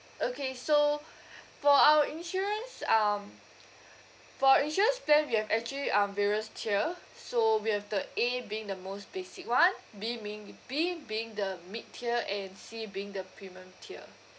okay so for our insurance um for our insurance plan we have actually um various tier so we have the A being the most basic [one] B meing B being the mid tier and C being the premium tier